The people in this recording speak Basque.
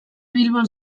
bilbon